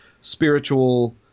spiritual